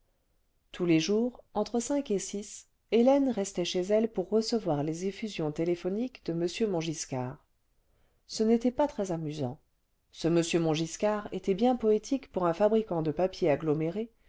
tous les jours entre cinq et six hélène restait chez elle pour recevoir les effusions téléphoniques de m montgiscard ce n'était pas très amusant ce m mongiscard était bien poétique pour jm fabricant de papier aggloméré